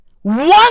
one